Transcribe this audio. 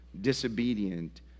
disobedient